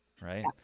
right